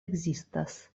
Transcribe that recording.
ekzistas